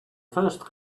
first